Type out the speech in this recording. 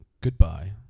Goodbye